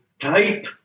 type